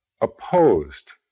opposed